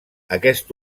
aquest